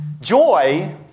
Joy